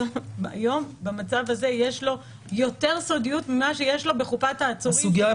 היום במצב הזה יש לו יותר סודיות ממה שיש לו בחופת העצורים.